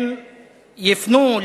הם יפנו,